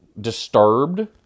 Disturbed